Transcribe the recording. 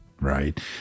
right